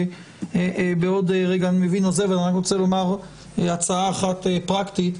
ואני רוצה לומר הצעה אחת פרקטית,